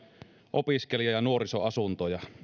opiskelija ja nuorisoasuntoja